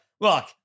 Look